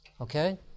Okay